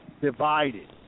divided